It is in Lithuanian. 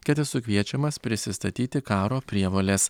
kad esu kviečiamas prisistatyti karo prievolės